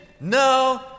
No